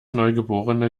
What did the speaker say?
neugeborene